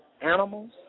animals